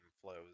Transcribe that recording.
flows